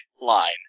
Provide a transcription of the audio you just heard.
line